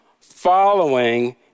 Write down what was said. Following